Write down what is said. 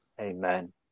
Amen